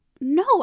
no